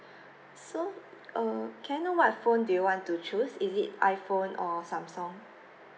so uh can I know what phone do you want to choose is it iphone or samsung